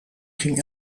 ging